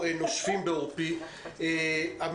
--- חברים,